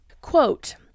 Quote